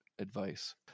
advice